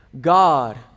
God